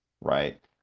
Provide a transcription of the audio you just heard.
right